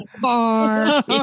car